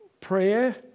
prayer